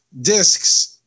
discs